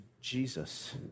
Jesus